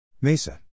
Mesa